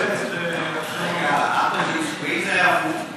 ואם זה היה הוא?